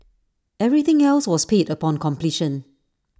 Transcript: everything else was paid upon completion